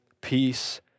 peace